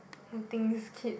who thinks kid